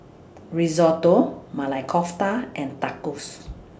Risotto Maili Kofta and Tacos